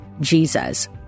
Jesus